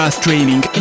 streaming